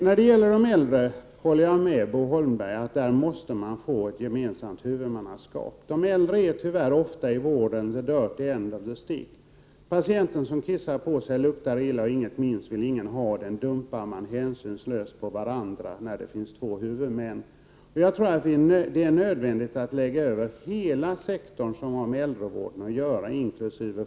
När det gäller de äldre håller jag med Bo Holmberg om att det måste införas ett gemensamt huvudmannaskap. De äldre är tyvärr ofta i vården ”the dirty end of the stick”. Patienten som kissar på sig, luktar illa och ingenting minns vill ingen ha — den dumpar man hänsynslöst på varandra när det finns två huvudmän. Det är nödvändigt att lägga över hela sektorn som har med äldrevården att göra, inkl.